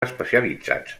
especialitzats